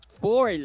four